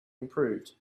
improved